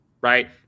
right